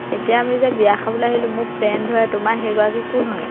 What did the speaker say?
এতিয়া আমি যে বিয়া খাবলে আহিলোঁ মোৰ ফ্ৰেণ্ড হয় তোমাৰ সেইগৰাকী কোন হয়